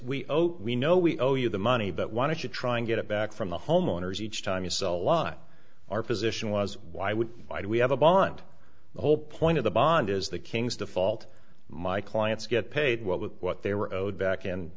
we we know we owe you the money but wanted to try and get it back from the homeowners each time you saw a lot our position was why would why do we have a bond the whole point of the bond is the king's default my clients get paid what with what they were owed back in